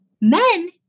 Men